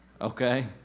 Okay